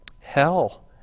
hell